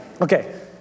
Okay